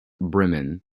bremen